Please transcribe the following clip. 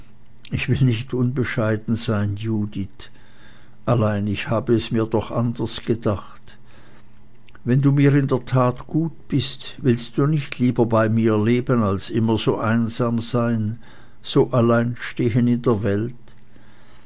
ich will nicht unbescheiden sein judith allein ich habe es mir doch anders gedacht wenn du mir in der tat gut bist willst du nicht lieber bei mir leben als immer so einsam sein so allein stehen in der welt